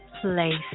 place